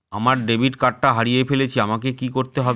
আমার ডেবিট কার্ডটা হারিয়ে ফেলেছি আমাকে কি করতে হবে?